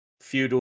Feudal